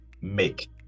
make